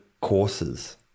courses